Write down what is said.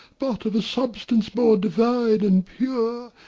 but of a substance more divine and pure,